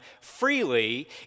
freely